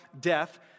death